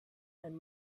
and